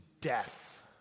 death